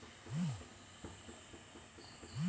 Phytophthora ಅಂಗಮಾರಿ ರೋಗವನ್ನು ತಡೆಗಟ್ಟುವ ಕ್ರಮಗಳೇನು?